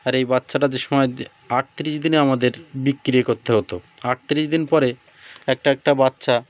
আর এই বাচ্চাটাদের সময় আটত্রিশ দিনে আমাদের বিক্রি করতে হতো আটত্রিশ দিন পরে একটা একটা বাচ্চা